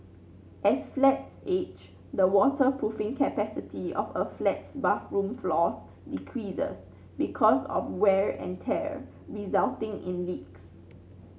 as flats age the waterproofing capacity of a flat's bathroom floors decreases because of wear and tear resulting in leaks